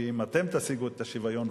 כי אם אתן תשיגו את השוויון,